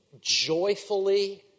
joyfully